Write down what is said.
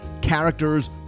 characters